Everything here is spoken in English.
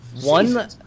One